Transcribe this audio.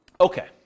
Okay